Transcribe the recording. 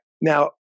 Now